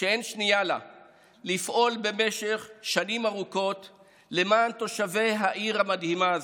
שאין שנייה לה לפעול במשך שנים ארוכות למען תושבי העיר המדהימה הזאת.